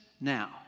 now